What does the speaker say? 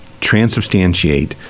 transubstantiate